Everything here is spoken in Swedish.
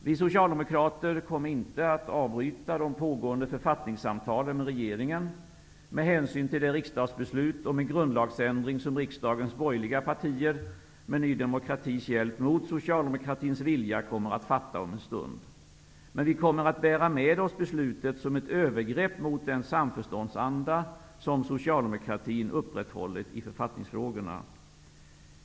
Vi Socialdemokrater kommer inte att avbryta de pågående författningssamtalen med regeringen med hänsyn till det riksdagsbeslut om en grundlagsändring, som riksdagens borgerliga partier med Ny demokratis hjälp mot Socialdemokraternas vilja kommer att fatta om en stund. Men vi kommer att bära med oss beslutet som ett övergrepp mot den samförståndsanda som socialdemokratin upprätthållit i författningsfrågorna.